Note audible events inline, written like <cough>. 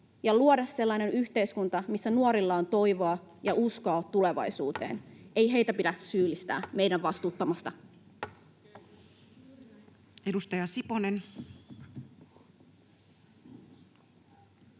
ja luoda sellainen yhteiskunta, missä nuorilla on toivoa ja uskoa tulevaisuuteen. <noise> Ei heitä pidä syyllistää meidän vastuuttomuudesta. Edustaja Siponen.